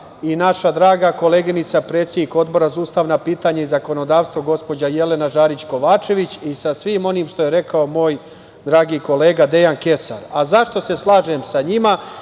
i naša draga koleginica, predsednik Odbora za ustavna pitanja i zakonodavstvo, gospođa Jelena Žarić Kovačević i sa svim onim što je rekao moj dragi kolega Dejan Kesar.Zašto se slažem sa njima?